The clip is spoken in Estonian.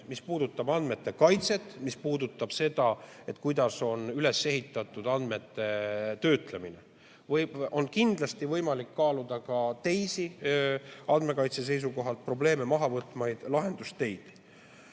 mis puudutab andmete kaitset ja mis puudutab seda, kuidas on üles ehitatud andmete töötlemine. Kindlasti on võimalik kaaluda ka teisi andmekaitse seisukohalt probleeme maha võtvaid lahendusteid.